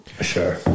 Sure